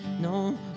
No